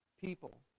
people